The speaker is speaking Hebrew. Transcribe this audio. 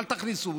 אל תכניסו